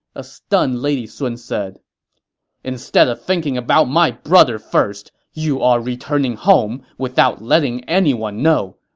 a stunned lady sun said instead of thinking about my brother first, you are returning home without letting anyone know.